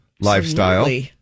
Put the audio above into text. lifestyle